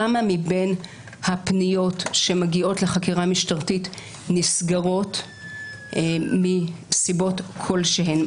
כמה מבין הפניות שמגיעות לחקירה משטרתית נסגרות מסיבות כלשהן?